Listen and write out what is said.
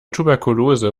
tuberkulose